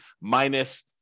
minus